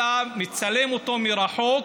אלא יצלם אותו מרחוק.